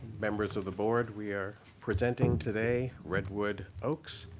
members of the board. we are presenting today redwood oaks.